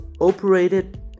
operated